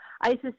ISIS